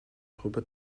truppe